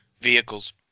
Vehicles